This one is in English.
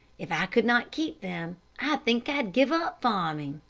if i could not keep them, i think i'd give up farming.